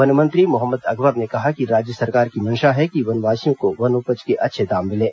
one मंत्री मोहम्मद अकबर ने कहा कि राज्य सरकार की मंशा है कि वनवासियों को वनोपज के अच्छे दाम मिले